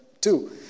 two